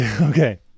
Okay